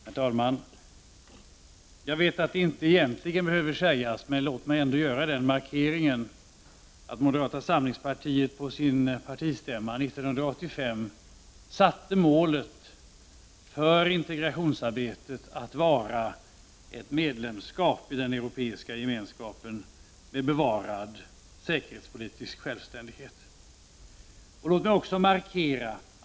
Herr talman! Jag vet att det egentligen inte behöver sägas, men låt mig ändå göra den markeringen att moderata samlingspartiet på sin partistämma 1985 satte upp medlemskap i den europeiska gemenskapen med bevarad säkerhetspolitisk självständighet som mål för integrationsarbetet.